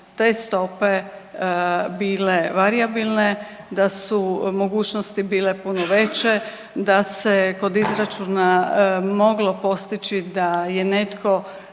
da su te stope bile varijabilne, da su mogućnosti bile puno veće, da se kod izračuna moglo postići da je netko